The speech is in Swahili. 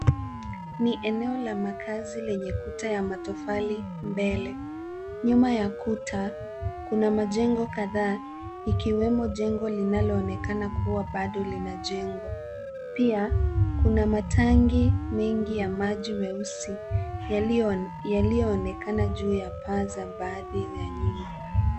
Ni eneo la makazi lenye kuta ya matofali mbele. Nyuma ya kuta, kuna majengo kadhaa ikiwemo jengo linaloonekana kuwa bado linajengwa. Pia , kuna matanki mengi ya maji meusi yaliyoonekana juu ya paa za baadhi ya nyumba.